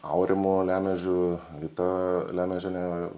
aurimu lemežiu vita lemežiene